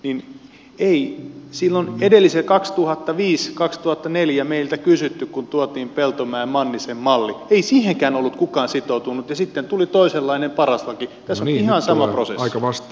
imf ei sil on edellisiä kaksituhattaviisi kaksituhattaneljä meiltä kysytty kun tuotiin peltomäenmannisen malli ei siihenkään ollut kukaan sitoutunut ja sitten tuli toisenlainen paras koti casa lihan se aikamoista